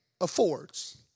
affords